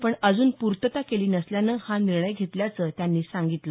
पण अजून पूर्तता केली नसल्यानं हा निर्णय घेतल्याचं त्यांनी सांगितलं